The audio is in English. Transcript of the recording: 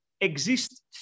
exist